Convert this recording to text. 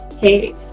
Hey